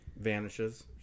vanishes